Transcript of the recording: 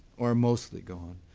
or mostly gone.